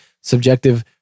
subjective